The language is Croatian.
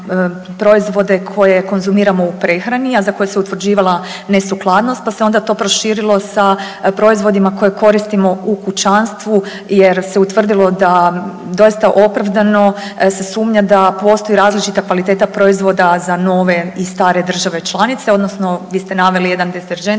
koje konzumiramo u prehrani, a za koje se utvrđivala nesukladnost pa se onda to proširilo sa proizvodima koje koristimo u kućanstvu jer se utvrdilo da doista opravdano se sumnja da postoji različita kvaliteta proizvoda za nove i stare države članice odnosno vi ste naveli jedan deterdžent